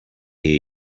hear